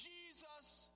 Jesus